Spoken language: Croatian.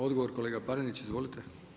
Odgovor kolega Panenić, izvolite.